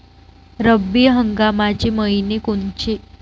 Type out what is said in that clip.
रब्बी हंगामाचे मइने कोनचे?